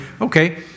Okay